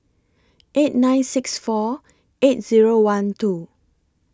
eight nine six four eight Zero one two